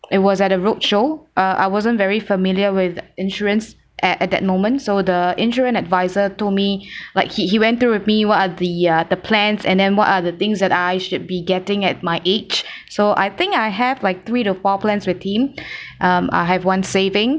it was at a roadshow uh I wasn't very familiar with insurance at at that moment so the insurance adviser told me like he he went through with me what are the uh the plans and then what are the things that I should be getting at my age so I think I have like three to four plans with him um I have one savings